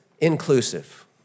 inclusive